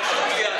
חשובים לי.